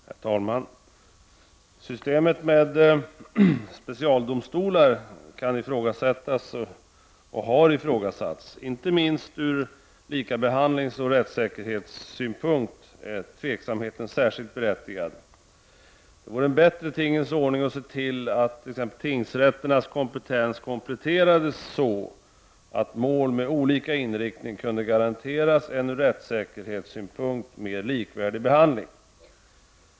Herr talman! Systemet med specialdomstolar kan ifrågasättas, och det har ifrågasatts. Inte minst ur likabehandlingsoch rättssäkerhetssynpunkt är tveksamheten särskilt berättigad. Det vore en bättre tingens ordning att se till att t.ex. tingrätternas kompetens kompletterades så att mål med olika inriktning kunde garanteras en ur rättssäkerhetssynpunkt mer likvärdig behandling.